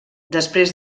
després